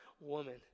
woman